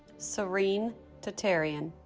sareen tatarian